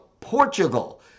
portugal